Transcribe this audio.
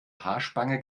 haarspange